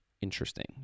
Interesting